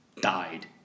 died